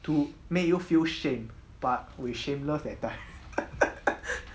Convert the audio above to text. to make you feel shame but we shameless that time